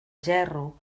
gerro